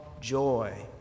joy